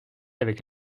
avec